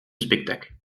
spectacle